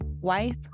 wife